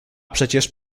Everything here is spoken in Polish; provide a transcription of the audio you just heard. przecież